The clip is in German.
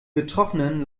betroffenen